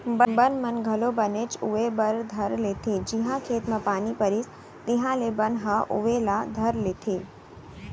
बन मन घलौ बनेच उवे बर धर लेथें जिहॉं खेत म पानी परिस तिहॉले बन ह उवे ला धर लेथे